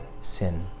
sin